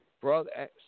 brother